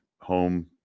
home